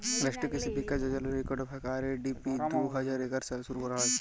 রাষ্ট্রীয় কিসি বিকাশ যজলার ইকট ভাগ, আর.এ.ডি.পি দু হাজার এগার সালে শুরু ক্যরা হ্যয়